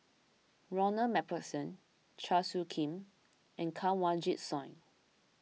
Ronald MacPherson Chua Soo Khim and Kanwaljit Soin